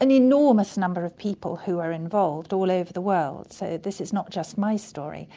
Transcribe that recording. an enormous number of people who are involved all over the world, so this is not just my story,